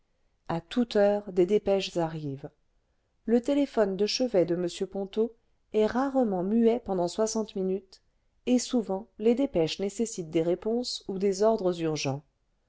a toute heure des dépêches arrivent lî téléphone de chevet de m ponto est rarement muet pendant soixante minutes et souvent les dépêches nécessitent des réponses ou des ordres urgents